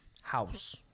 house